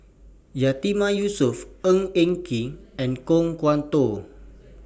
Yatiman Yusof Ng Eng Kee and Kan Kwok Toh